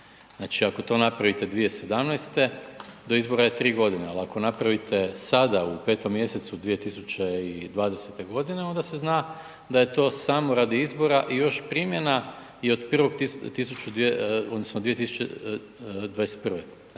Znači ako to napravite 2017. do izbora je 3 godine, ali ako napravite sada u 5. mjesecu 2020. godine onda se zna da je to samo radi izbora i još primjena i 1. 2021.,